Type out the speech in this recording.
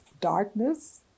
darkness